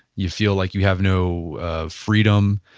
you feel like you have no ah freedom,